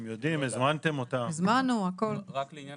רק לעניין